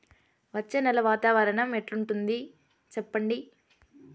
వచ్చే నెల వాతావరణం ఎట్లుంటుంది చెప్పండి?